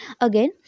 again